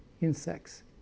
insects